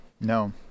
no